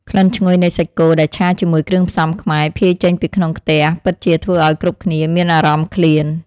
ក្លិនឈ្ងុយនៃសាច់គោដែលឆាជាមួយគ្រឿងផ្សំខ្មែរភាយចេញពីក្នុងខ្ទះពិតជាធ្វើឱ្យគ្រប់គ្នាមានអារម្មណ៍ឃ្លាន។